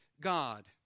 God